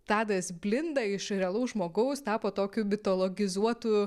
tadas blinda iš realaus žmogaus tapo tokiu mitologizuotu